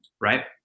Right